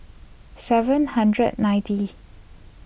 seven hundred and ninety